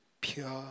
Pure